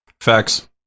facts